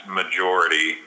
majority